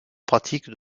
pratiques